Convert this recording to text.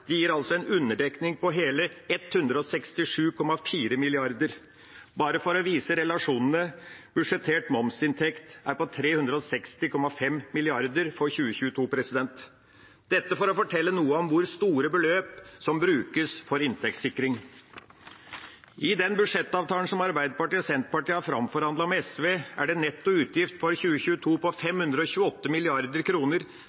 Det gir altså en underdekning på hele 167,4 mrd. kr. Bare for å vise relasjonene: Budsjettert momsinntekt er på 360,5 mrd. kr for 2022. Dette er for å fortelle noe om hvor store beløp som brukes for inntektssikring. I den budsjettavtalen som Arbeiderpartiet og Senterpartiet har framforhandlet med SV, er det en netto utgift for 2022 på